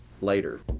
later